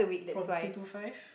from two to five